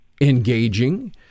engaging